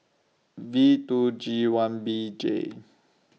V two G one B J